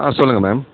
ஆ சொல்லுங்கள் மேம்